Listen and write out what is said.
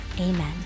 Amen